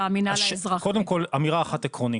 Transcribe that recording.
קודם כל אמירה אחת עקרונית.